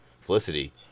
Felicity